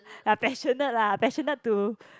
ya passionate lah passionate to